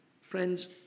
Friends